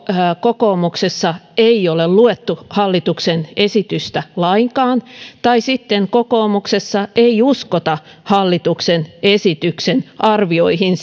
kokoomuksessa ei ole luettu hallituksen esitystä lainkaan tai sitten kokoomuksessa ei uskota hallituksen esityksen arvioihin